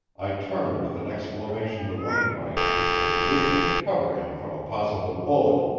i turned with an exclamation to wainwright and was leaping to cover him from a possible bullet,